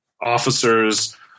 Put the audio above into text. officers